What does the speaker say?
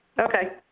Okay